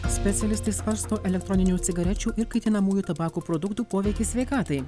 specialistai svarsto elektroninių cigarečių ir kaitinamųjų tabako produktų poveikį sveikatai